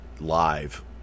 live